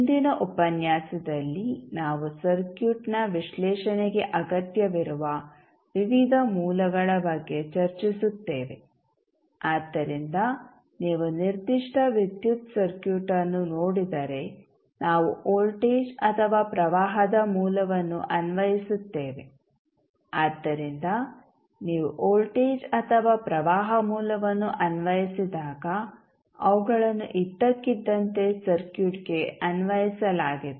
ಮುಂದಿನ ಉಪನ್ಯಾಸದಲ್ಲಿ ನಾವು ಸರ್ಕ್ಯೂಟ್ನ ವಿಶ್ಲೇಷಣೆಗೆ ಅಗತ್ಯವಿರುವ ವಿವಿಧ ಮೂಲಗಳ ಬಗ್ಗೆ ಚರ್ಚಿಸುತ್ತೇವೆ ಆದ್ದರಿಂದ ನೀವು ನಿರ್ದಿಷ್ಟ ವಿದ್ಯುತ್ ಸರ್ಕ್ಯೂಟ್ಅನ್ನು ನೋಡಿದರೆ ನಾವು ವೋಲ್ಟೇಜ್ ಅಥವಾ ಪ್ರವಾಹದ ಮೂಲವನ್ನು ಅನ್ವಯಿಸುತ್ತೇವೆ ಆದ್ದರಿಂದ ನೀವು ವೋಲ್ಟೇಜ್ ಅಥವಾ ಪ್ರವಾಹ ಮೂಲವನ್ನು ಅನ್ವಯಿಸಿದಾಗ ಅವುಗಳನ್ನು ಇದ್ದಕ್ಕಿದ್ದಂತೆ ಸರ್ಕ್ಯೂಟ್ಗೆ ಅನ್ವಯಿಸಲಾಗಿದೆ